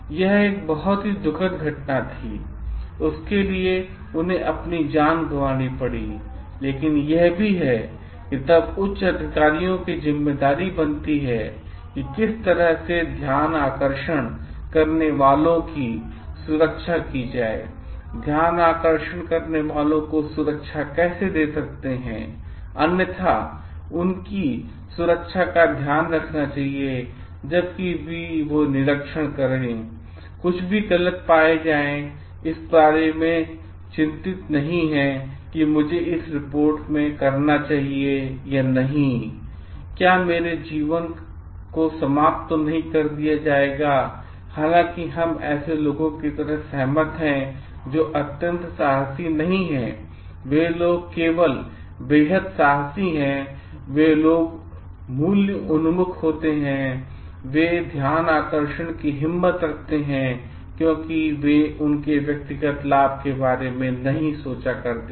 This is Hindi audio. यह एक बहुत ही दुखद घटना थी कि उसके लिए उसे अपनी जान गंवानी पड़ी लेकिन यह भी है कि तब उच्च अधिकारियों की जिम्मेदारी बनती है कि किस तरह से ध्यानाकर्षण करने वालों की सुरक्षा की जाए ध्यानाकर्षण करने वालों को सुरक्षा कैसे दे सकते हैं अन्यथा उनकी र सुरक्षा का ध्यान रखना चाहिए ताकि जब भी वे निरीक्षण करें कुछ भी गलत होता पाएं वे इस बारे में चिंतित नहीं हैं कि मुझे इसे रिपोर्ट करना चाहिए या नहीं नहीं क्या यह मेरे जीवन को तो समाप्त नहीं कर देगा हालांकि हम ऐसे लोगों की तरह सहमत हैं जो अत्यंत साहसी नहीं हैं वे लोग जो केवल बेहद साहसी हैं वे लोग मूल्य उन्मुख होते हैं वे ध्यानाकर्षण की हिम्मत रखते हैं क्योंकि वे उनके व्यक्तिगत लाभ के बारे में नहीं सोचा करते हैं